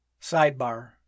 Sidebar